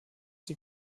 die